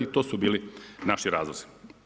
I to su bili naši razlozi.